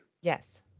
Yes